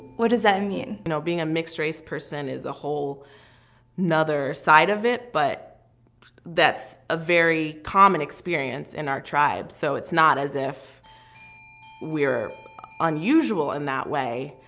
what does that mean? you know, being a mixed race person is a whole other side of it, but that's a very common experience in our tribe. so it's not as if we're unusual in that way.